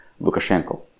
Lukashenko